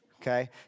Okay